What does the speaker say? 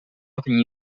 often